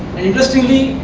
interestingly,